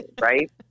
right